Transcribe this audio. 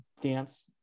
Dance